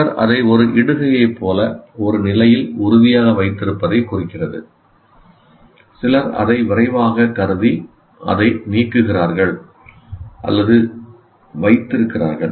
சிலர் அதை ஒரு இடுகையைப் போல ஒரு நிலையில் உறுதியாக வைத்திருப்பதை குறிக்கிறது சிலர் அதை விரைவாகக் கருதி அதை நீக்குகிறார்கள் அல்லது வைத்திருக்கிறார்கள்